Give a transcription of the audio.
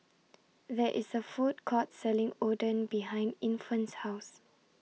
There IS A Food Court Selling Oden behind Infant's House